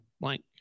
blank